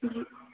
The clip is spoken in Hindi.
जी